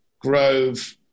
Grove